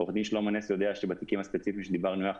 עו"ד שלמה נס יודע שבתיקים הספציפיים שדיברנו עליהם יחד